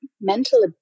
mental